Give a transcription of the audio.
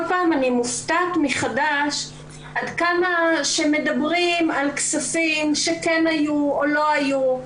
פעם אני מופתעת מחדש עד כמה שמדברים על כספים שכן היו או לא היו,